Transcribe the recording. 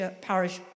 parish